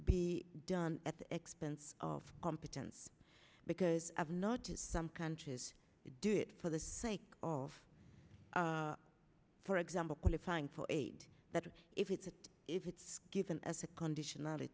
be done at the expense of competence because i've noted some countries do it for the sake of for example qualifying for aid that if it's if it's given as a condition